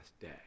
day